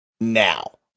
now